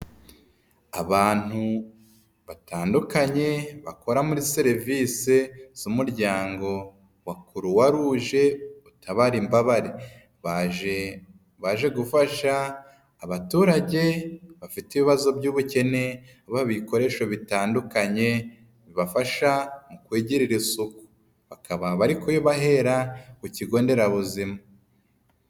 Abantu batandukanye bakora muri serivisi z'umuryango wa Croix Rouge utabare imbabare, baje, baje gufasha abaturage bafite ibibazo by'ubukene babaha ibikoresho bitandukanye bibafasha mu kwegirira isuku bakaba bari kubibahera ku kigo nderabuzima.